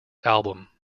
album